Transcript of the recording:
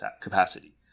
capacity